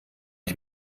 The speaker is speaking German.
ich